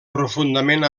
profundament